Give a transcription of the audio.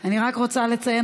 אני רק רוצה לציין,